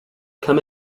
come